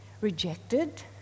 rejected